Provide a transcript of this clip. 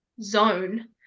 zone